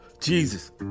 Jesus